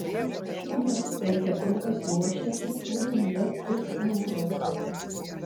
šiuo metu penketukas ruošiasi turui jav ir europoje